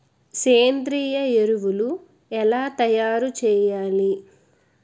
సేంద్రీయ ఎరువులు ఎలా తయారు చేయాలి?